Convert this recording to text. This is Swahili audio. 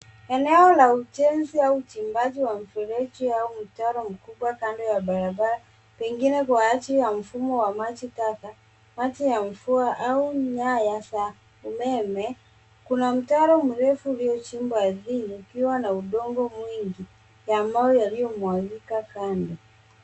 Eneo la ujenzi au uchimbaji wa mfereji au mitaro mkubwa kando ya barabara, pengine kwa ajili ya mfumo wa maji taka, maji ya mvua au nyaya za umeme. Kuna mtaro mrefu uliochimba ardhini ukiwa na udongo mwingi, ya mawe yaliyomwagika kando.